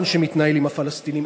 מתנהל עכשיו משא-ומתן עם הפלסטינים.